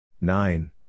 Nine